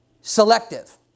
Selective